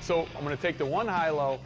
so i'm gonna take the one high-low